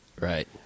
right